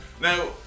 Now